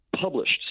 published